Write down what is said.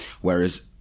whereas